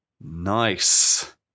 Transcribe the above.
Nice